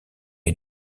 est